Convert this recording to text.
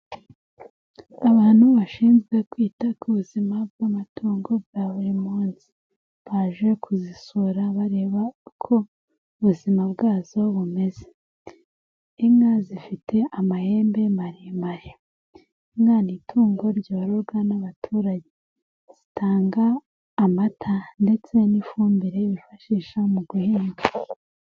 Abantu bashinzwe kwita ku buzima bw'amatungo bwa buri munsi, baje kuzisura bareba uko ubuzima bwazo bumeze, inka zifite amahembe maremare, inka ni itungo ryororwa n'abaturage, zitanga amata ndetse n'ifumbire bifashisha mu guhinga.